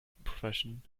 profession